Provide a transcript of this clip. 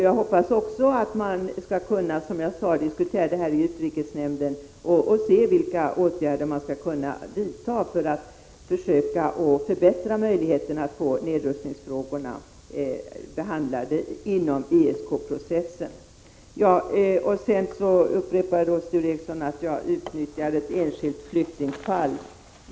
Jag hoppas också att man, som jag sade, skall kunna diskutera detta i utrikeshämnden och se vilka åtgärder som kan vidtas för att försöka förbättra möjligheterna att få nedrustningsfrågorna behandlade inom ESK-processen. Sture Ericson upprepade påståendet att jag utnyttjar ett enskilt flyktingfall.